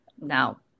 Now